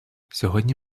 сьогодні